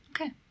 Okay